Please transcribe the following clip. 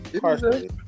partially